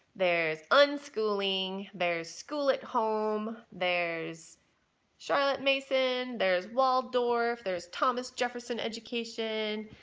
there's unschooling, there's school at home, there's charlotte mason there's waldorf, there's thomas jefferson education,